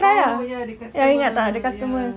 oh ya the customer ya